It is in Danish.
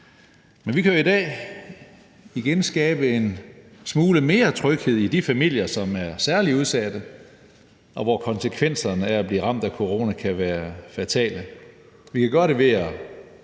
Men vi kan jo i dag igen skabe en smule mere tryghed i de familier, som er særlig udsatte, og hvor konsekvenserne af at blive ramt af corona kan være fatale. Vi kan gøre det ved at